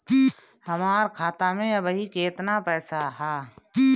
हमार खाता मे अबही केतना पैसा ह?